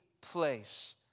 place